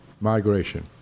migration